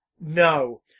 no